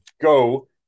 go